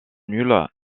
nul